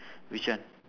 which one